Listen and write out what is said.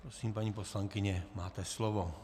Prosím, paní poslankyně, máte slovo.